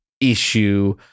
issue